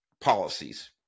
policies